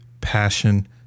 passion